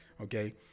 Okay